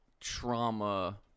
trauma